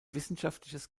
wissenschaftliches